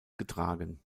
getragen